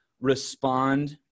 respond